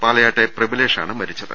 പാലയാട്ടെ പ്രബിലേഷ് ആണ് മരിച്ചത്